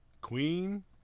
Queen